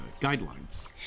guidelines